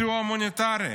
סיוע הומניטרי.